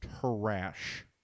trash